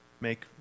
make